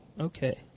okay